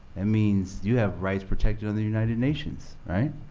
it means you have rights protected under the united nations, right?